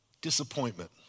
disappointment